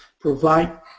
provide